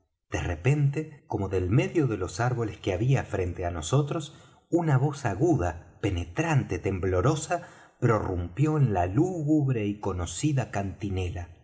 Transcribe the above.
de repente como del medio de los árboles que había frente á nosotros una voz aguda penetrante temblorosa prorrumpió en la lúgubre y conocida cantilena